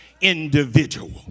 individual